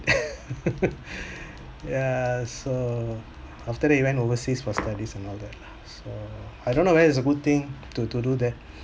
ya so after that he went overseas for studies and all that lah so I don't know whether its a good thing to to do that